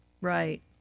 Right